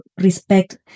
respect